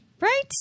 Right